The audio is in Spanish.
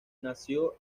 nació